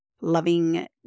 loving